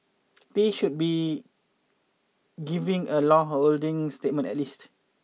they should be given a long holding statement at least